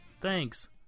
thanks